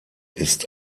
ist